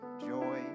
joy